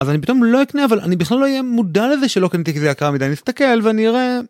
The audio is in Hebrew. אז אני פתאום לא אקנה אבל אני בכלל לא אהיה מודע לזה שלא קניתי כזה יקר מדי, אני אסתכל ואני אראה.